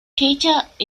ޓީޗަރ